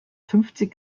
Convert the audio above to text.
fünfzig